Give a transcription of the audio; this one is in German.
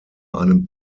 einem